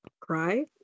Cry